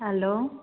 hello